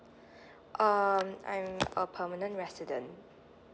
um I'm a permanent resident